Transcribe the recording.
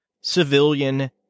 civilian